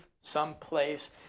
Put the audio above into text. someplace